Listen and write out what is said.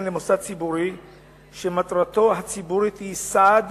למוסד ציבורי שמטרתו הציבורית היא סעד